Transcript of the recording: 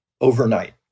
overnight